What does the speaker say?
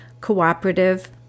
cooperative